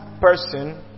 person